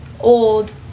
Old